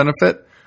benefit